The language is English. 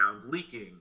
leaking